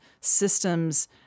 systems